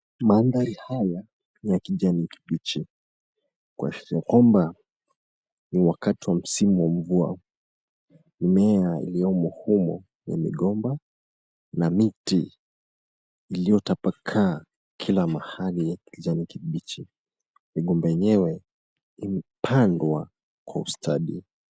Mandhari haya ya kijani kibichi kuashiria kwamba ni wakati wa msimu wa mvua, mimea yaliomo humu ya migomba na miti iliyotapakaa kila mahali ya kijani kibichi migomba yenyewe imepandwa kwa ustadi.